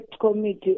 committee